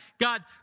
God